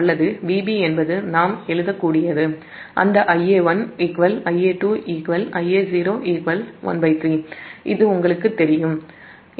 அல்லது Vb என்பது நாம் எழுதக்கூடியதுஅந்த Ia1 Ia2 Ia0 13 அது எங்களுக்குத் தெரியும்